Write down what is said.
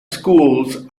schools